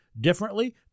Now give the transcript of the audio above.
differently